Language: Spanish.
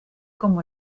como